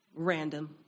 Random